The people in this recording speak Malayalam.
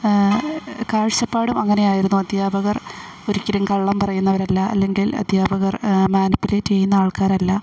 കാഴ്ചപ്പാടും അങ്ങനെയായിരുന്നു അധ്യാപകർ ഒരിക്കലും കള്ളം പറയുന്നവരല്ല അല്ലെങ്കിൽ അധ്യപകർ മാനിപ്പുലേറ്റ്യ്യുന്ന ആൾക്കാരല്ല